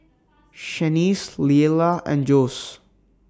Shaniece Leala and Jose